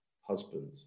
husband